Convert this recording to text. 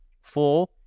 Four